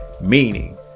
Meaning